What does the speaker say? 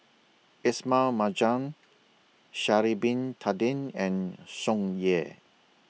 Ismail Marjan Sha'Ari Bin Tadin and Tsung Yeh